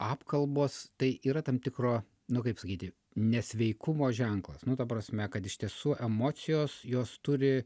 apkalbos tai yra tam tikro nu kaip sakyti nesveikumo ženklas nu ta prasme kad iš tiesų emocijos jos turi